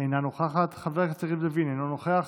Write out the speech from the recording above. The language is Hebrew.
אינה נוכחת, חבר הכנסת יריב לוין, אינו נוכח,